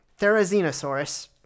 Therizinosaurus